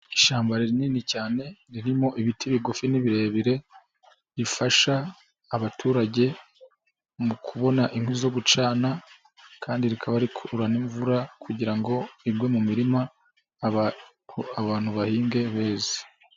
Ishyamba rinini cyane ririmo ibiti bigufi n'ibirebire rifasha abaturage mu kubona inkwi zo gucana kandi rikaba rikurura n'imvura kugira ngo igwe mu mirima abantu bahinge beza.